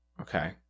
okay